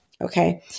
Okay